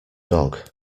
dog